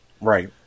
Right